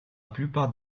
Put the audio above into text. plupart